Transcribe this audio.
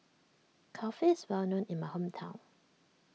Kulfi is well known in my hometown